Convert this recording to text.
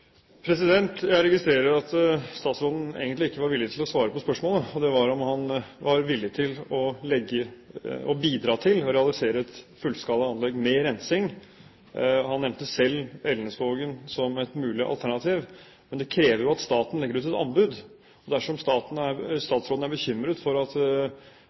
å svare på spørsmålet om han ville bidra til å realisere et fullskalaanlegg med rensing. Han nevnte selv Elnesvågen som et mulig alternativ, men det krever jo at staten legger ut et anbud. Dersom statsråden er bekymret for at